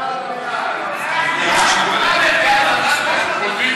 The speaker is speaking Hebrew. ההצעה להעביר את הצעת חוק